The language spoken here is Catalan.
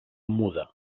muda